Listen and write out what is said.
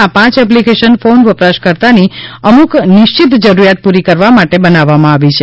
આ પાંચ application phone વપરાશકર્તાની અમુક નિશ્ચિત જરૂરીયાત પુરી કરાવા માટે બનાવવામાં આવી છે